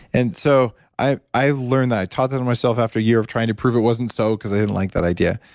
and so, i've i've learned that. i taught and myself after a year of trying to prove it wasn't so because i didn't like that idea.